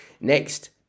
Next